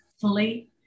fully